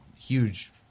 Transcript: huge